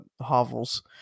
hovels